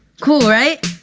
cool, right?